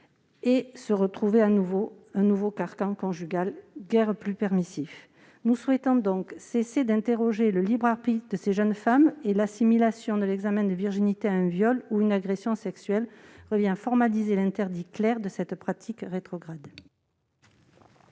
et pour retrouver un nouveau carcan conjugal guère plus permissif. Nous souhaitons que l'on cesse d'interroger le libre arbitre de ces jeunes femmes. L'assimilation de l'examen de virginité à un viol ou à une agression sexuelle revient à formaliser l'interdit clair de cette pratique rétrograde.